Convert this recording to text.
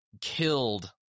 killed